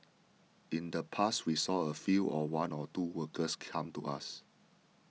in the past we saw a few or one or two workers come to us